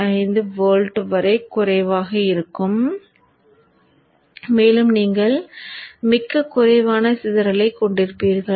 5 volt வரை குறைவாக இருக்கும் மேலும் நீங்கள் மிகக் குறைவான சிதறலைக் கொண்டிருப்பீர்கள்